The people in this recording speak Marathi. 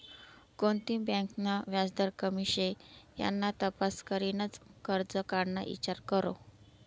कोणती बँक ना व्याजदर कमी शे याना तपास करीनच करजं काढाना ईचार करो